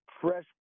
fresh